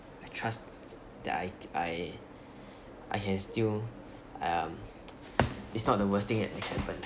I trust that I I I can still um it's not the worst thing that can happen